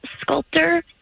sculptor